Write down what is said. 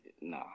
nah